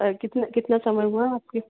और कितना कितना समय हुआ है आपके